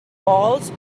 walls